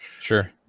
sure